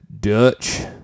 Dutch